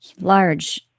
large